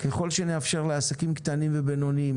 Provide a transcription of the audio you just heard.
ככל שנאפשר לעסקים קטנים ובינוניים